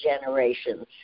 generations